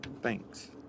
Thanks